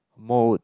mold